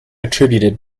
attributed